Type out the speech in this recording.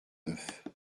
neuf